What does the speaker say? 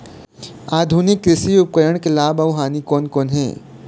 आधुनिक कृषि उपकरण के लाभ अऊ हानि कोन कोन हे?